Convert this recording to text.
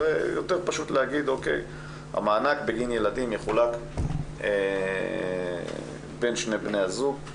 הרי יותר פשוט להגיד שהמענק בגין ילדים יחולק בין שני בני הזוג.